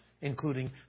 including